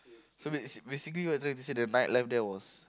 so basic basically what you are trying to say the night life there was